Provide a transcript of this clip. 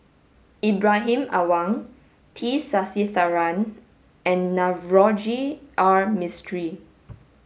Ibrahim Awang T Sasitharan and Navroji R Mistri